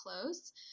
close